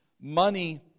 money